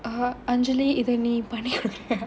anjali if any bunny